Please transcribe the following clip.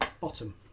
bottom